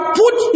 put